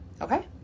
Okay